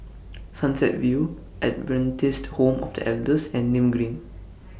Sunset View Adventist Home of The Elders and Nim Green